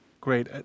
Great